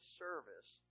service